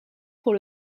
pour